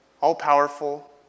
all-powerful